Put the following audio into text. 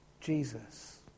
Jesus